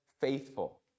faithful